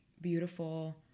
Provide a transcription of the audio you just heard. beautiful